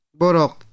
borok